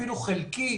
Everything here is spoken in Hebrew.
אפילו חלקי,